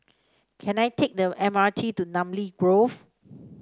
can I take the M R T to Namly Grove